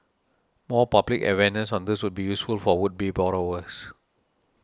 more public awareness on this would be useful for would be borrowers